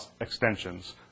extensions